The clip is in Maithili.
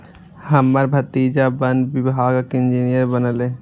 हमर भतीजा वन विभागक इंजीनियर बनलैए